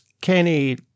kenny